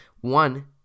One